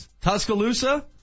Tuscaloosa